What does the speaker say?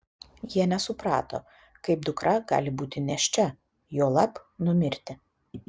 jie nesuprato kaip dukra gali būti nėščia juolab numirti